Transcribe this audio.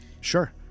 Sure